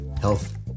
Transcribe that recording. health